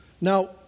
Now